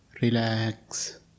relax